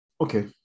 Okay